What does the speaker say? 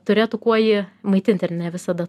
turėtų kuo jį maitinti ar ne visada